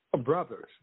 brothers